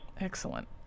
Excellent